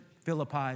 Philippi